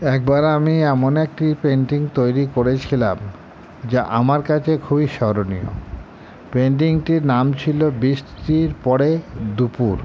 একবার আমি এমন একটি পেন্টিং তৈরি করেছিলাম যা আমার কাছে খুবই স্মরণীয় পেন্টিংটির নাম ছিল বৃষ্টির পরে দুপুর